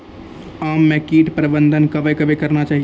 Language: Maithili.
आम मे कीट प्रबंधन कबे कबे करना चाहिए?